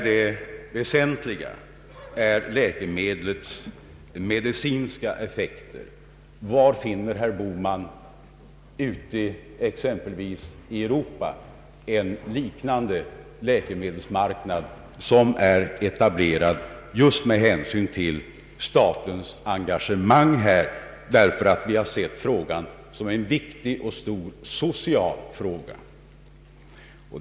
Det väsentliga är läkemedlets medicinska effekter. Var ute i exempelvis Europa finner herr Bohman en liknande läkemedelsmarknad? Vi har sett läkemedelsförsörjningen som en viktig och stor social fråga.